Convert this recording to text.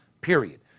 period